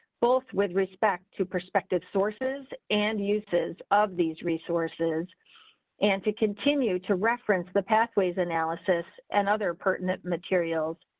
both with respect to prospective sources and uses of these resources and to continue to reference the pathways analysis and other pertinent materials.